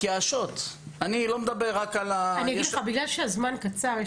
אני לא מדבר על --- בגלל שהזמן קצר,